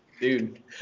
dude